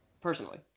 Personally